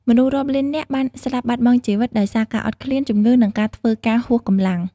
មនុស្សរាប់លាននាក់បានស្លាប់បាត់បង់ជីវិតដោយសារការអត់ឃ្លាន ជំងឺ និងការធ្វើការហួសកម្លាំង។